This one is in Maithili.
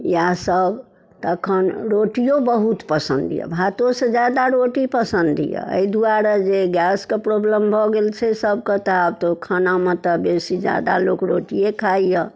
इएहसब तखन रोटिओ बहुत पसन्द अइ भातोसँ ज्यादा रोटी पसन्द अइ एहि दुआरे जे गैसके प्रॉब्लम भऽ गेल छै सबके तऽ आब तऽ खानामे तऽ जे छै बेसी ज्यादा लोक रोटिए खाइए